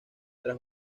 tras